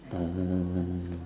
oh